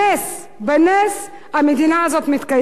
בנס, המדינה הזאת מתקיימת, תודה.